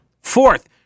Fourth